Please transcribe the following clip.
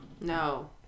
No